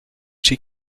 she